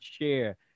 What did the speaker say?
share